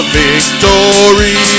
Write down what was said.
victory